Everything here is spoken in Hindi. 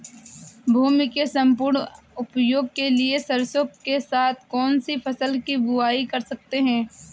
भूमि के सम्पूर्ण उपयोग के लिए सरसो के साथ कौन सी फसल की बुआई कर सकते हैं?